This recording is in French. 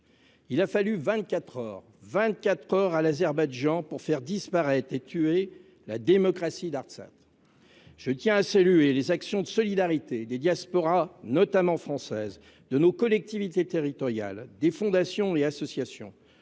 Il a fallu vingt-quatre heures à l’Azerbaïdjan pour faire disparaître et tuer la démocratie d’Artsakh. Je tiens à saluer, tout d’abord, les actions de solidarité des diasporas, notamment françaises, de nos collectivités territoriales, des fondations et des associations.